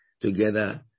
together